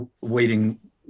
waiting